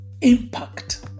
impact